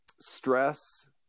stress